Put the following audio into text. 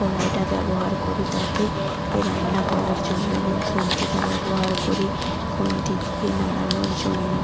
কড়াইটা ব্যবহার করি তাতে এ রান্না করার জন্য এবং খুন্তিটা ব্যবহার করি খুন্তি দিয়ে নাড়ানোর জন্য